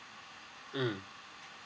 mm